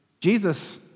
Jesus